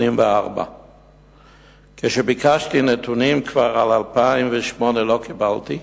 84. כשביקשתי נתונים על 2008 לא קיבלתי.